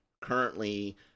currently